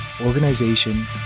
organization